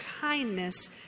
kindness